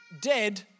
dead